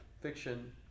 fiction